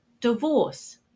divorce